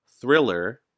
thriller